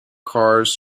cars